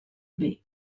bai